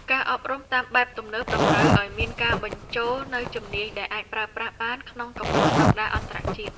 ការអប់រំតាមបែបទំនើបតម្រូវឱ្យមានការបញ្ចូលនូវជំនាញដែលអាចប្រើប្រាស់បានក្នុងកម្រិតស្តង់ដារអន្តរជាតិ។